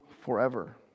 forever